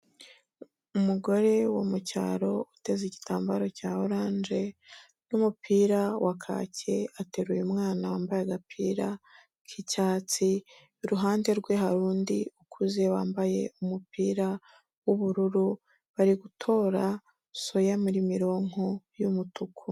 Umugore wo mu cyaro uteze igitambaro cya oranje n'umupira wa kake, ateruye umwana wambaye agapira k'icyatsi, iruhande rwe hari undi ukuze wambaye umupira w'ubururu, bari gutora soya muri mironko.